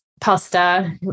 pasta